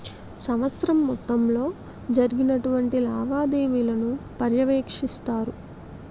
సంవత్సరం మొత్తంలో జరిగినటువంటి లావాదేవీలను పర్యవేక్షిస్తారు